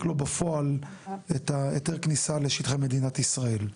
לו בפועל את היתר הכניסה לשטחי מדינת ישראל.